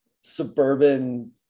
suburban